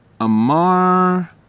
Amar